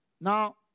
Now